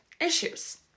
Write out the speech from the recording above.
issues